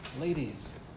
ladies